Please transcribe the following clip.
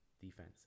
defense